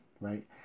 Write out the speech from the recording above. right